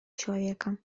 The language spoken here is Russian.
человека